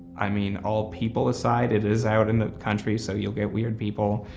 i mean all people aside, it is out in the country so you'll get weird people,